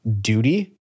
duty